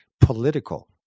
political